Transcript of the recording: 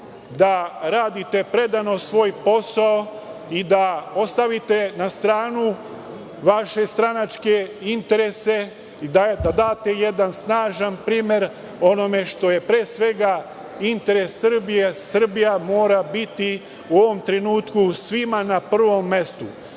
da radite predano svoj posao i da ostavite na stranu vaše stranačke interese i da date jedan snažan primer onome što je pre svega interes Srbije. Srbija mora biti u ovom trenutku svima na prvom mestu.